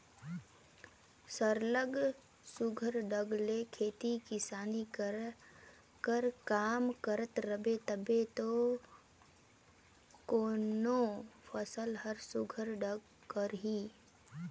सरलग सुग्घर ढंग ले खेती किसानी कर काम करत रहबे तबे दो कोनो फसिल हर सुघर ढंग कर रही